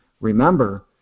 remember